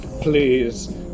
please